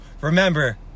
remember